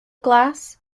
glass